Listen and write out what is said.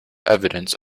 evidence